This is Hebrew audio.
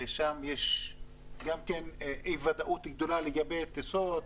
ויש שם גם כן אי ודאות גדולה לגבי טיסות,